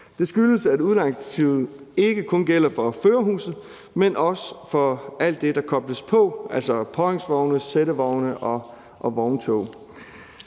Det skyldes, at udlejningsdirektivet ikke kun gælder for førerhuse, men også for alt det, der kobles på, altså påhængsvogne, sættevogne og vogntog.